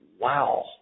wow